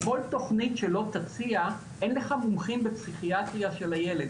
כל תוכנית שלא תציע אין לך מומחים בפסיכיאטריה של הילד,